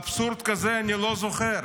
אבסורד כזה אני לא זוכר.